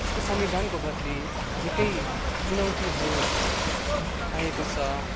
यसको समाधानको बद्ली निकै चुनौतीहरू आएको छ